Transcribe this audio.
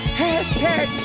hashtag